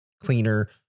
cleaner